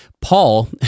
Paul